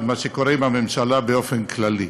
את מה שקורה עם הממשלה באופן כללי: